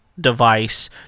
device